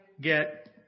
get